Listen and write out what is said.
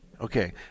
Okay